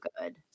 good